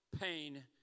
pain